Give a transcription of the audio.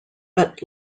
but